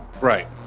right